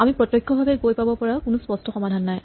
আমি প্ৰত্যক্ষভাৱে গৈ পাব পৰা কোনো স্পষ্ট সমাধান নাই